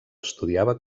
estudiava